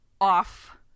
off